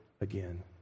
again